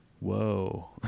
Whoa